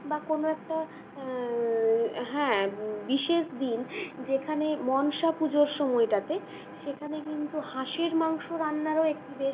বা কোনো একটা হ্যাঁ বিশেষ দিন যেখানে মনসা পুজোর সময়টাতে সেখানে কিন্তু হাঁসের মাংস রান্নারও একটি বেশ